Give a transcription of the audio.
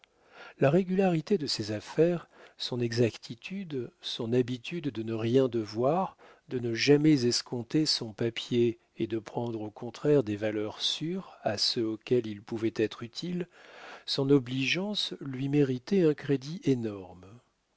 la régularité de ses affaires son exactitude son habitude de ne rien devoir de ne jamais escompter son papier et de prendre au contraire des valeurs sûres à ceux auxquels il pouvait être utile son obligeance lui méritaient un crédit énorme